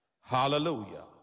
Hallelujah